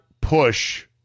push